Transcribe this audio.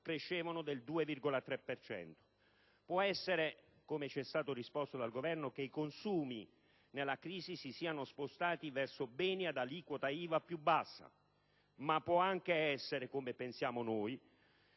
crescevano del 2,3 per cento. Può essere, come ci è stato risposto dal Governo, che i consumi nella crisi si siano spostati verso beni ad aliquota IVA più bassa, ma può anche essere, come pensiamo noi,